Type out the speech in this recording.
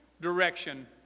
direction